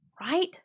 right